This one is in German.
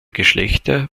geschlechter